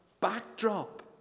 backdrop